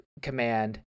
command